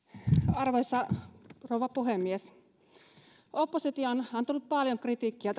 arvoisa rouva puhemies oppositio on antanut paljon kritiikkiä